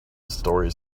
stories